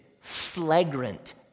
flagrant